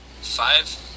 five